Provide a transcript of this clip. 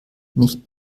nicht